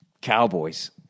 cowboys